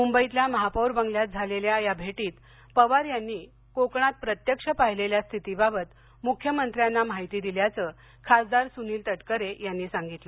मुंबईतल्या महापौर बंगल्यात झालेल्या या भेटीत पवार यांनी कोकणात प्रत्यक्ष पाहिलेल्या स्थितीबाबत मुख्यमंत्र्यांना माहिती दिल्याचं खासदार सुनील तटकरे यांनी सांगितलं